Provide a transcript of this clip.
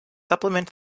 supplement